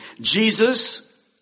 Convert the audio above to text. Jesus